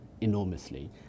enormously